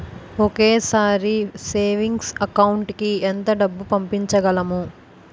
ఒకేసారి savings account కి ఎంత డబ్బు పంపించగలము?